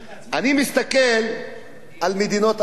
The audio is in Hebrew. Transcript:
אני מסתכל על מדינות אחרות